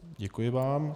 Děkuji vám.